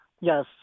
Yes